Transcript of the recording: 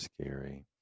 scary